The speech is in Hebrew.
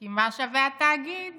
כי מה שווה התאגיד